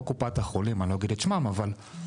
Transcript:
או קופת החולים אני לא אגיד את שמם אמרו